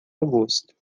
agosto